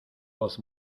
voz